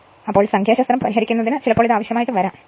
അതിനാൽ സംഖ്യാശാസ്ത്രം പരിഹരിക്കുന്നതിന് ചിലപ്പോൾ ഇത് ആവശ്യമായി വരും